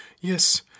Yes